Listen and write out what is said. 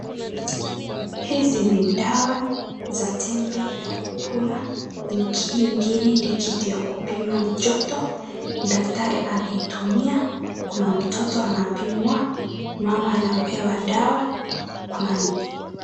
Hizi ni dawa za tembe ya kukula hiki ingine ni kitu ya kupima joto daktari anaitumia kuna mtoto anapimwa, mama anapewa dawa kuna.